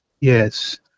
Yes